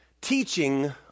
teaching